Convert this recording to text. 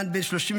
בן 33,